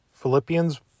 Philippians